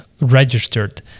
registered